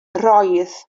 roedd